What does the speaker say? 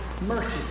mercy